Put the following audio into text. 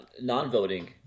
non-voting